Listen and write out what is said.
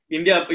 India